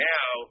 Now